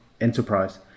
enterprise